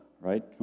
right